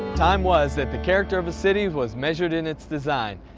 time was that the character of a city was measured in it's design.